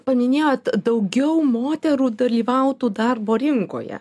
paminėjot daugiau moterų dalyvautų darbo rinkoje